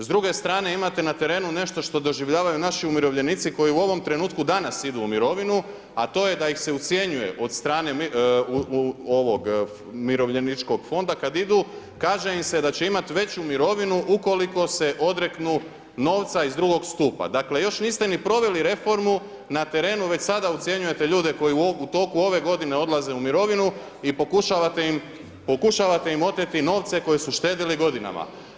S druge strane imate na terenu nešto što doživljavaju naši umirovljenici koji u ovom trenutku danas idu u mirovinu, a to je da ih se ucjenjuje od strane umirovljeničkog fonda kada idu, kaže da će imati veću mirovinu ukoliko se odreknu novca iz drugog stupa. dakle još niste ni proveli reformu na terenu već sada ucjenjujete ljude koji u toku ove godine odlaze u mirovinu i pokušavate im oteti novce koje su štedili godinama.